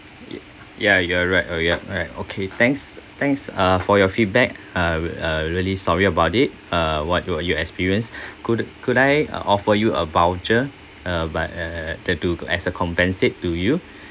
ya you are right oh ya alright okay thanks thanks uh for your feedback uh uh really sorry about it uh what what you experience could could I offer you a voucher uh but uh that to as a compensate to you